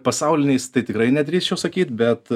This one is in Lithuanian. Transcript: pasauliniais tai tikrai nedrįsčiau sakyti bet